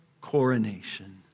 coronation